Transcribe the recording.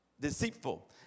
Deceitful